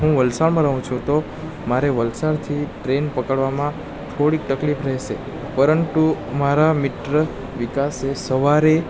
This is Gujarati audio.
હું વલસાડમાં રહું છું તો મારે વલસાડથી ટ્રેન પકડવામાં થોડીક તકલીફ રહેશે પરંતુ મારા મિત્ર વિકાસે સવારે